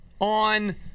On